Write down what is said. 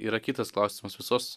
yra kitas klausimas visos